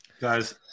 guys